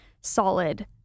solid